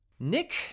Nick